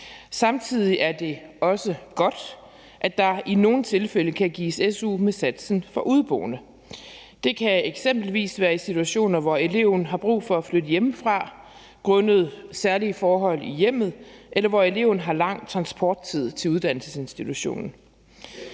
Samtidig er det også godt, at der i nogle tilfælde kan gives su med satsen for udeboende. Det kan eksempelvis være i situationer, hvor eleven har brug for at flytte hjemmefra grundet særlige forhold i hjemmet, eller hvor eleven har lang transporttid til uddannelsesinstitutionen.